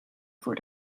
voor